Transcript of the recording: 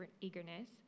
eagerness